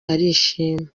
arishima